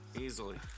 easily